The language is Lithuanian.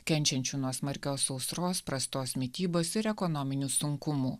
kenčiančių nuo smarkios sausros prastos mitybos ir ekonominių sunkumų